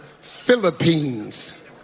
Philippines